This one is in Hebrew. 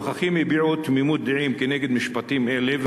הנוכחים הביעו תמימות דעים כנגד משפטים אלה,